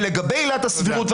לגבי עילת הסבירות,